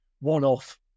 one-off